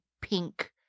pink